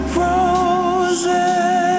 roses